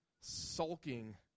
sulking